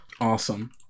Awesome